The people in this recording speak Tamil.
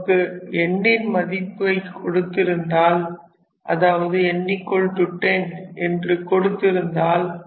நமக்கு n ன் மதிப்பை கொடுத்திருந்தால் அதாவது n10 என்று கொடுத்திருந்தால்